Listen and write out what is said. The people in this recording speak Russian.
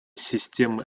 системы